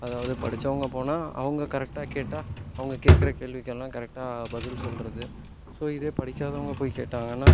அதாவது படிச்சவங்கள் போனால் அவங்க கரெக்டாக கேட்டால் அவங்க கேட்குற கேள்விக்கெல்லாம் கரெக்டாக பதில் சொல்கிறது ஸோ இதே படிக்காதவங்க போய் கேட்டாங்கன்னா